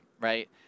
right